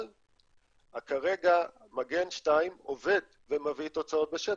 אבל כרגע מגן 2 עובד ומביא תוצאות בשטח.